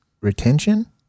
retention